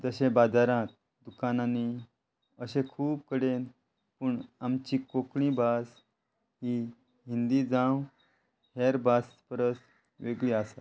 जशे बाजारांत दुकानांनी अशे खूब कडेन पूण आमची कोंकणी भास ही हिंदी जावं हेर भास परस वेगळी आसा